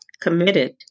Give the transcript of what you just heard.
committed